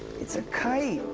it's a kite.